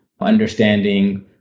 understanding